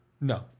No